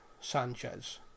Sanchez